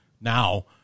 now